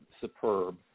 superb